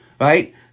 right